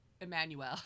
Emmanuel